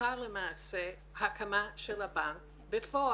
הלכה למעשה הקמה של הבנק בפועל.